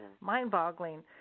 mind-boggling